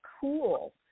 cool